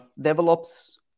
develops